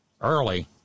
early